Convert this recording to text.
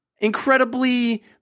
incredibly